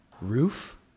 Roof